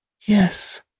Yes